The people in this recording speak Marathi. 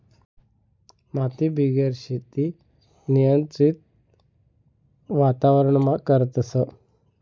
मातीबिगेर शेती नियंत्रित वातावरणमा करतस